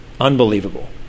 Unbelievable